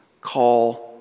call